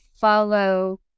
follow